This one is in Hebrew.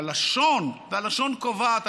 הלשון קובעת,